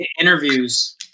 interviews